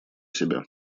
себя